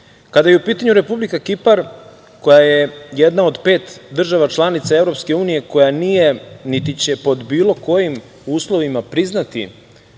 je u pitanju Republika Kipar, koja je jedna od pet država članica EU koja nije, niti će pod bilo kojim uslovima priznati